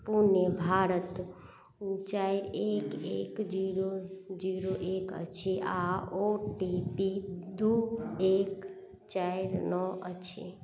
पुणे भारत चारि एक एक जीरो जीरो एक अछि आ ओ टी पी दू एक चारि नओ अछि